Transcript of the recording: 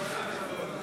לפיצוי קורבנות טרור